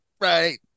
right